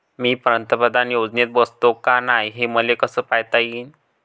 मी पंतप्रधान योजनेत बसतो का नाय, हे मले कस पायता येईन?